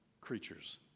creatures